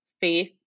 faith